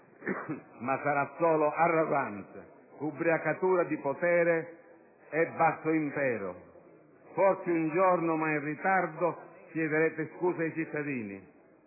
Ma sarà solo arroganza, ubriacatura di potere e basso impero. Forse un giorno, ma in ritardo, chiederete scusa ai cittadini.